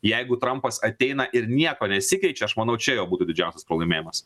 jeigu trampas ateina ir nieko nesikeičia aš manau čia jo būtų didžiausias pralaimėjimas